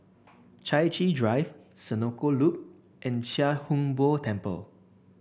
Chai Chee Drive Senoko Loop and Chia Hung Boo Temple